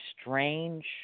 strange –